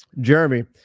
Jeremy